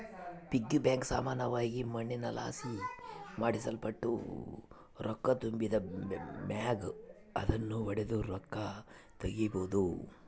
piggy bank ಸಾಮಾನ್ಯವಾಗಿ ಮಣ್ಣಿನಲಾಸಿ ಮಾಡಲ್ಪಟ್ಟಿದ್ದು, ರೊಕ್ಕ ತುಂಬಿದ್ ಮ್ಯಾಗ ಅದುನ್ನು ಒಡುದು ರೊಕ್ಕ ತಗೀಬೋದು